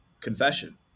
confession